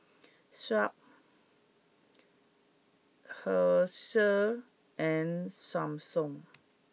Sharp Herschel and Samsung